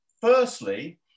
Firstly